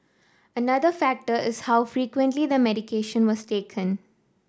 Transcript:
another factor is how frequently the medication was taken